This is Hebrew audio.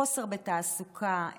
חוסר בתעסוקה,